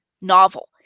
novel